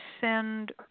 send